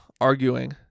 arguing